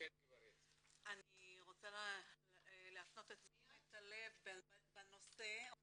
קיבלתי עכשיו ירושה מהורי דירה ואנחנו